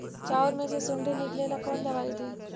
चाउर में से सुंडी निकले ला कौन दवाई दी?